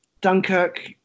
Dunkirk